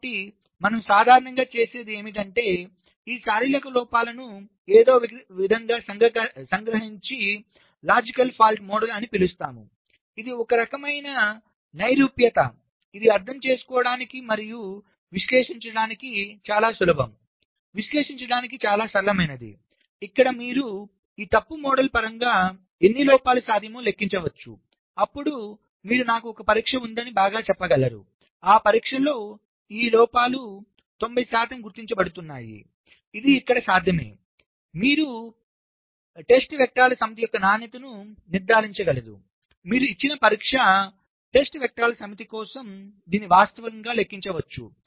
కాబట్టి మనం సాధారణంగా చేసేది ఏమిటంటే ఈ శారీరక లోపాలను ఏదో ఒక విధంగా సంగ్రహించి లాజికల్ ఫాల్ట్ మోడల్ అని పిలుస్తాము ఇది ఒక రకమైన నైరూప్యత ఇది అర్థం చేసుకోవడానికి మరియు విశ్లేషించడానికి చాలా సులభంవిశ్లేషించడానికి సరళమైనది ఇక్కడ మీరు ఈ తప్పు మోడల్ పరంగా ఎన్ని లోపాలు సాధ్యమో లెక్కించవచ్చు అప్పుడు మీరు నాకు ఒక పరీక్ష ఉందని బాగా చెప్పగలరు ఆ పరీక్షలో ఈ లోపాలు 90 శాతం గుర్తించబడుతున్నాయి ఇది ఇక్కడ సాధ్యమే మీరు పరీక్ష వెక్టర్ల సమితి యొక్క నాణ్యతను నిర్ధారించగలదు మీరు ఇచ్చిన పరీక్షా వెక్టర్ల సమితి కోసం దీన్ని వాస్తవంగా లెక్కించవచ్చు